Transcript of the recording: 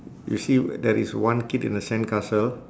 you see there is one kid in the sandcastle